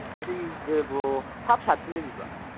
bro ꯍꯥꯞ ꯁꯥꯔꯠꯀꯤ ꯂꯩꯕꯤꯕ꯭ꯔꯥ